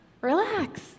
Relax